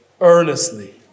earnestly